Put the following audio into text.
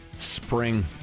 spring